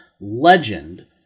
Legend